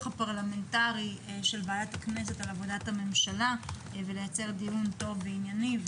הפרלמנטרי של ועדת הכנסת על עבודת הממשלה ולייצר דיון טוב וענייני,